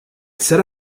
said